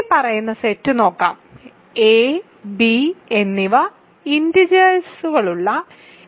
ഇനിപ്പറയുന്ന സെറ്റ് നോക്കാം a b എന്നിവ ഇന്റിജേഴ്സ്കളുള്ള aib